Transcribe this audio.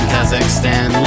Kazakhstan